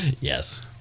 Yes